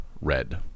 Red